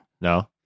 No